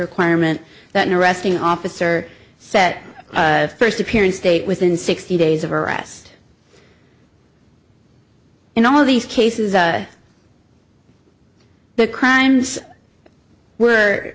requirement that an arresting officer set a first appearance state within sixty days of arrest in all of these cases the crimes were